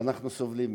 שאנחנו סובלים מזה,